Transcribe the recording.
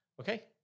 Okay